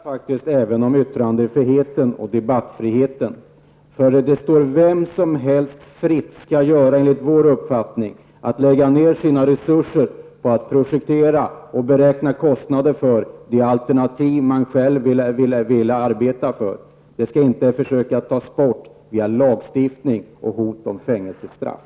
Herr talman! Det handlar faktiskt även om yttrande och debattfriheten. Det står ju vem som helst fritt -- enligt vår uppfattning skall det i alla fall vara så -- att lägga ned sina resurser på projektering och på beräkningar av kostnaderna för det alternativ som man själv vill arbeta för. Den möjligheten skall inte någon försöka ta bort via lagstiftning och hot om fängelsestraff.